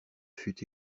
fût